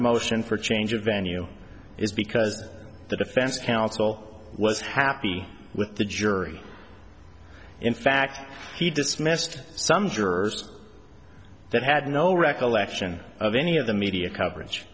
motion for change of venue is because the defense counsel was happy with the jury in fact he dismissed some jurors that had no recollection of any of the media coverage